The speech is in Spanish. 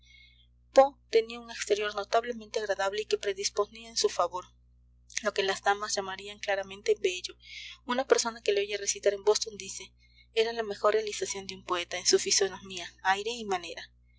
tenía un exterior notablemente agradable y que predisponía en su favor lo que las damas llamarían claramente bello una persona que le oye recitar en boston dice era la mejor realización de un poeta en su fisonomía aire y manera